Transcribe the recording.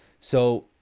so,